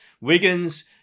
wiggins